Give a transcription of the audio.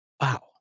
wow